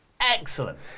excellent